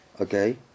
okay